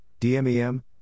DMEM